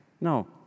No